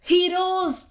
Heroes